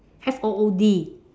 F O O D